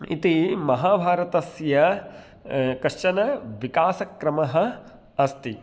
इति महाभारतस्य कश्चन विकासक्रमः अस्ति